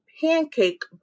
pancake